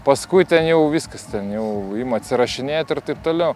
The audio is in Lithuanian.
paskui jau viskas ten jau ima atsirašinėt ir taip toliau